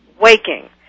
Waking